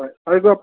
হয় হয় কওক